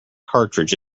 cartridge